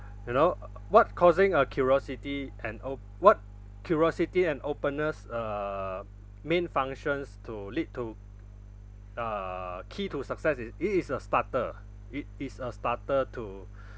you know what causing a curiosity and op~ what curiosity and openness uh main functions to lead to uh key to success is it is a starter it is a starter to